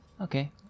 Okay